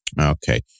Okay